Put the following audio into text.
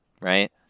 right